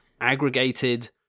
aggregated